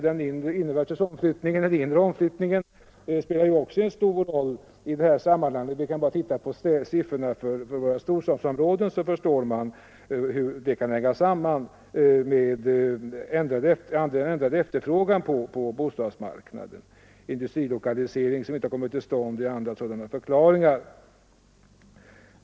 Den inre omflyttningen spelar ju en stor roll i sammanhanget; vi kan bara titta på siffrorna för storstadsområdena så förstår vi hur de hänger samman med den ändrade efterfrågan på bostadsmarknaden. Industrilokalisering som inte har kommit till stånd är en annan förklaring.